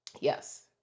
Yes